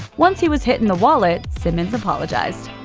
once he was hit in the wallet, simmons apologized.